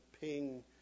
ping